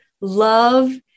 love